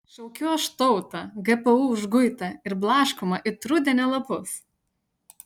šaukiu aš tautą gpu užguitą ir blaškomą it rudenio lapus